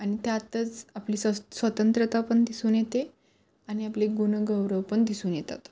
आणि त्यातच आपली स्व स्वतंत्रता पण दिसून येते आणि आपले गुणगौरव पण दिसून येतात